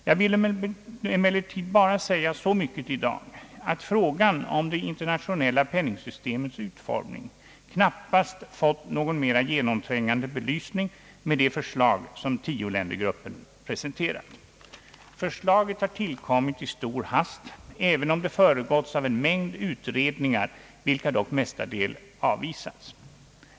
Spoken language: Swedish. Jag vill emellertid säga så mycket i dag, att frågan om det internationella — penningsystemets utformning knappast har fått någon mera genomträngande belysning med det förslag som tioländergruppen har presenterat. Förslaget har tillkommit i stor hast, även om det föregåtts av en mängd utredningar, som dock mestadels avvisats.